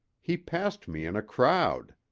he passed me in a crowd.